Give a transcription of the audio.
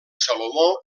salomó